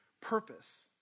purpose